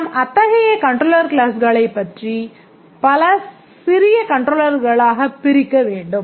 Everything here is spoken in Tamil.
நாம் அத்தகைய கண்ட்ரோலர் கிளாஸ்களைப் பல சிறிய கண்ட்ரோலர் கிளாஸ்களாகப் பிரிக்க வேண்டும்